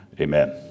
Amen